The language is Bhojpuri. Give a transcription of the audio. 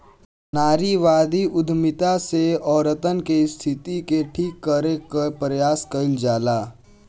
नारीवादी उद्यमिता से औरतन के स्थिति के ठीक करे कअ प्रयास कईल जाला